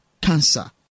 cancer